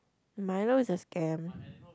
Milo is a scam